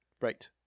Right